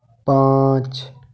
पांच